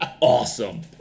awesome